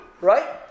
right